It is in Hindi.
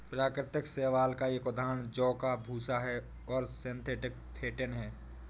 प्राकृतिक शैवाल का एक उदाहरण जौ का भूसा है और सिंथेटिक फेंटिन है